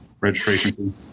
registration